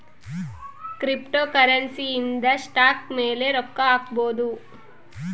cryptocurrency ಇಂದ stock ಮೇಲೆ ರೊಕ್ಕ ಹಾಕ್ಬೊದು